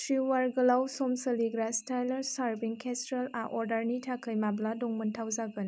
ट्रिवार गोलाव सम सोलिग्रा स्टाइलास सार्विं क्रेसरला अर्डारनि थाखाय माब्ला दंमोनथाव जागोन